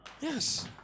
Yes